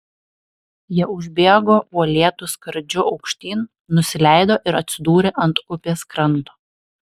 jie užbėgo uolėtu skardžiu aukštyn nusileido ir atsidūrė ant upės kranto